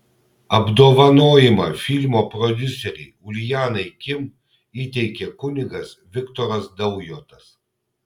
apdovanojimą filmo prodiuserei uljanai kim įteikė kunigas viktoras daujotas